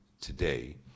today